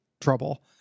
trouble